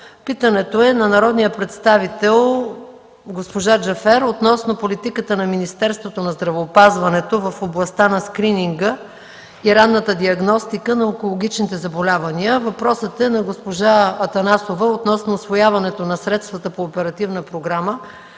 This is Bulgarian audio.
Питането е на народния представител Нигяр Джафер относно политиката на Министерството на здравеопазването в областта на скрининга и ранната диагностика на онкологичните заболявания. Въпросът е от госпожа Десислава Атанасова относно усвояването на средствата по Оперативна програма